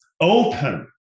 open